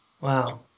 Wow